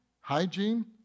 hygiene